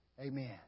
Amen